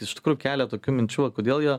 iš tikrųjų kelia tokių minčių o kodėl jo